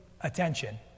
attention